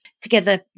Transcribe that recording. together